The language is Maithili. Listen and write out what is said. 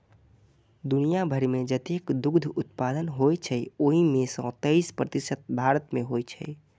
दुनिया भरि मे जतेक दुग्ध उत्पादन होइ छै, ओइ मे सं तेइस प्रतिशत भारत मे होइ छै